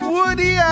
Woody